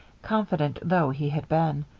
confident though he had been.